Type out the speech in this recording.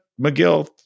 McGill